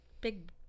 big